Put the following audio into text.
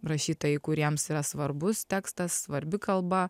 rašytojai kuriems yra svarbus tekstas svarbi kalba